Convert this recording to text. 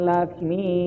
Lakshmi